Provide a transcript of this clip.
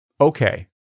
Okay